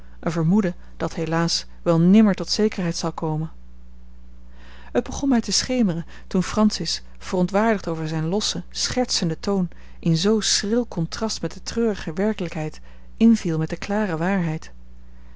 een vermoeden dat helaas wel nimmer tot zekerheid zal komen het begon mij te schemeren toen francis verontwaardigd over zijn lossen schertsenden toon in zoo schril contrast met de treurige werkelijkheid inviel met de klare waarheid